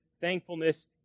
thankfulness